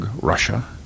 Russia